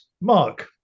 Mark